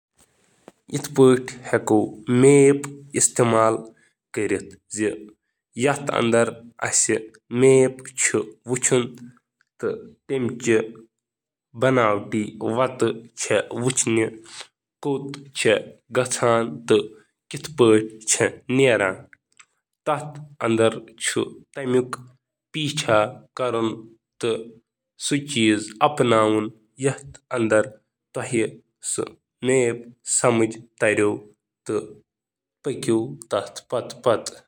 پنٛنِس اینڈرایِڈ فونس یا ٹیبلٹَس پٮ۪ٹھ کھولِو گوگل میپس ایپ ۔ کُنہِ جایہِ ژھارِو یا نَقشَس پٮ۪ٹھ دبٲیِو۔ باٹمِس کھوفرِس پیٹھ، ٹیپ کْریو ڈاریکشن۔... پنُن موڈ ژأریو ٹرانسپورٹیشن ہُند۔ اگر باقٕے وَتہٕ دٔستِیاب چھِ، تیٚلہِ ہاوَن تِم نَقشَس پٮ۪ٹھ وۄزُل رنگس منٛز۔... نیویگیشن شروع کرنْہ باپت، کْریو ٹیپ شروع۔